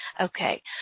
Okay